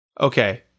Okay